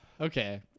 Okay